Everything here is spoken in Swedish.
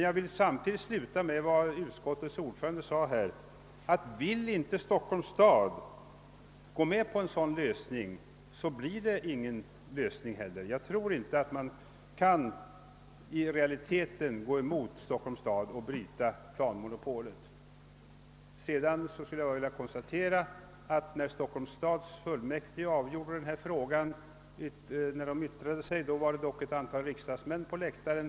Jag vill avsluta mitt anförande med att upprepa vad utskottets ordförande yttrade: Vill inte Stockholms stad gå med på en sådan lösning, blir det inte heller någon lösning. Jag tror inte att man i realiteten kan gå emot Stockholms stad och bryta planmonopolet. Jag kan också konstatera att det när Stockholms stadsfullmäktige avgjorde denna fråga fanns ett antal riksdagsmän på läktaren.